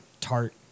tart